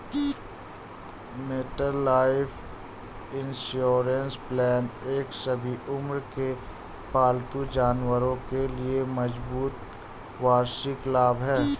MetLife insurance plan एक सभी उम्र के पालतू जानवरों के लिए मजबूत वार्षिक लाभ है